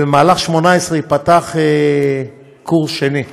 ובשנת 2018 ייפתח קורס שני.